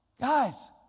Guys